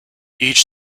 each